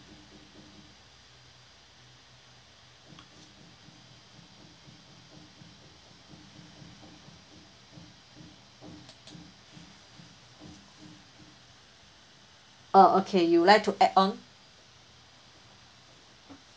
uh okay you would like to add on